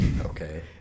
Okay